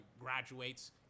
graduates